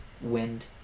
wind